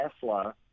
Tesla